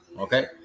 Okay